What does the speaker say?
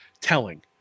telling